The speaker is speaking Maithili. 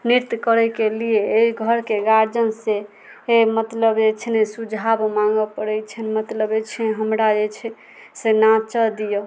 नृत्य करैके लिए एहि घरके गार्जियन से मतलब जे छै ने सुझाव माँगऽ पड़ै छनि मतलब जे छै हमरा जे छै से नाचऽ दियौ